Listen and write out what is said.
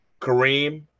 Kareem